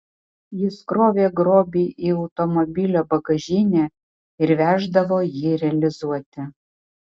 jis krovė grobį į automobilio bagažinę ir veždavo jį realizuoti